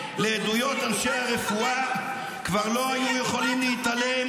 אוזניהם לעדויות אנשי הרפואה כבר לא היו יכולים